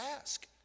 ask